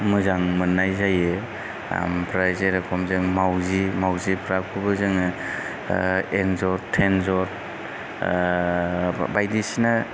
मोजां मोननाय जायो आमफ्राय जेरख'म मावजि मावजिफ्राखौबो जोङो एनजर थेनजर बायदिसिना